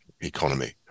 economy